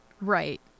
Right